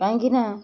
କାହିଁକି ନା